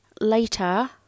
Later